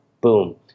boom